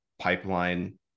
pipeline